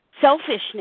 selfishness